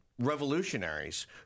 revolutionaries